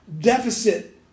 deficit